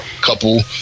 couple